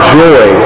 joy